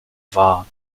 wahr